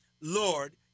Lord